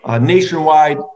nationwide